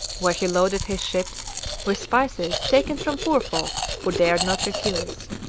where he loaded his ships with spices taken from poor folk who dared not refuse.